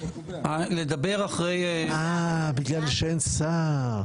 בגלל שאין שר.